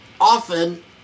often